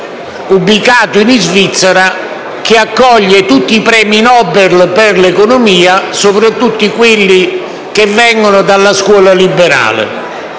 ubicato in Svizzera che accoglie tutti i premi Nobel per l’economia, soprattutto quelli che vengono dalla scuola liberale.